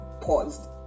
paused